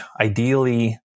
ideally